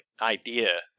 idea